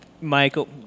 Michael